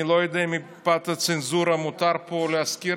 אני לא יודע אם מפאת הצנזורה מותר פה להזכיר